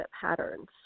patterns